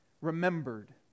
remembered